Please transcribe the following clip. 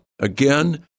Again